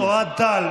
חבר הכנסת אוהד טל.